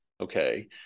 okay